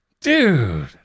dude